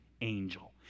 angel